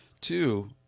Two